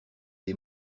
des